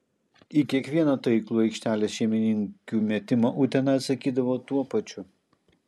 į kiekvieną taiklų aikštelės šeimininkių metimą utena atsakydavo tuo pačiu